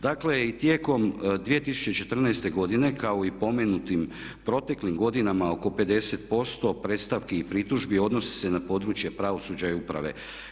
Dakle, tijekom 2014. godine kao i u spomenutim proteklim godinama oko 50% predstavki i pritužbi odnosi se na područje pravosuđa i uprave.